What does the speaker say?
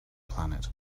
planet